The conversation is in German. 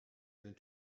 einen